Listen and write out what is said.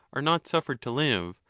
are not suffered to live,